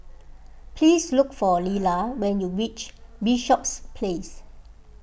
please look for Lilla when you reach Bishops Place